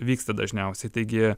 vyksta dažniausiai taigi